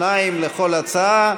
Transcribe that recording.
שניים לכל הצעה.